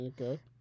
Okay